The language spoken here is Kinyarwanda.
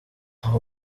abo